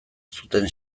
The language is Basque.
zuten